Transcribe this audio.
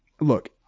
look